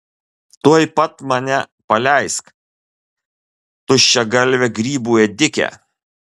tuoj pat mane paleisk tuščiagalve grybų ėdike